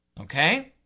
Okay